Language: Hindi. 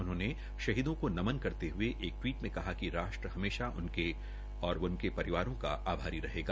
उन्होंने शहीदों को नमन करते हुये एक टवीट में कहा कि राष्ट्र हमेशा उनके व उनके परविरों का आभारी रहेगा